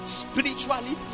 spiritually